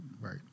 Right